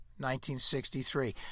1963